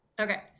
Okay